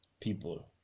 people